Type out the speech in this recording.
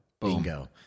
bingo